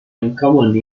uncommon